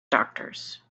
doctors